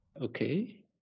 Okay